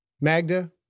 Magda